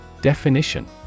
Definition